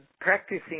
practicing